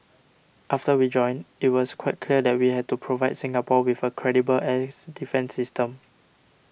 after we joined it was quite clear that we had to provide Singapore with a credible air defence system